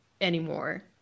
anymore